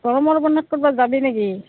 গৰমৰ বন্ধত ক'ৰবাত যাবি নেকি